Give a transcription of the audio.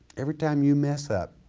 everytime you mess up,